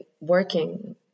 working